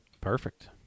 Perfect